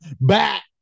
back